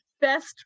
best